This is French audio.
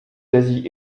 d’asie